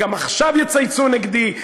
גם עכשיו יצייצו נגדי,